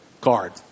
card